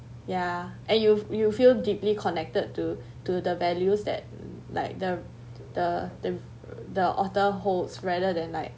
ya and you you feel deeply connected to to the values that like the the the the author holds rather than like